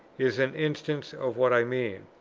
is an instance of what i mean.